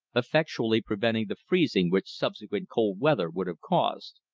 effectually preventing the freezing which subsequent cold weather would have caused.